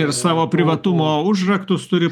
ir savo privatumo užraktus turi